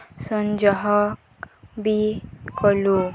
ସଂଯୋଗ ବି କଲୁ